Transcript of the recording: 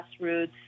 grassroots